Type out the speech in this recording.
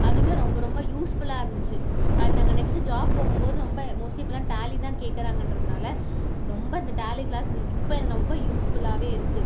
அதுவுமே ரொம்ப ரொம்ப யூஸ்ஃபுல்லாக இருந்துச்சு அந்த நெக்ஸ்ட் ஜாப் போகும்போது ரொம்ப மோஸ்ட்லி இப்பல்லாம் டேலி தான் கேட்கிறாங்கன்றதனால் ரொம்ப இந்த டேலி கிளாஸ் இப்போ ரொம்ப யூஸ்ஃ புல்லாகவே இருக்கு